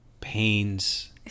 pains